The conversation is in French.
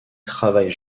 travaille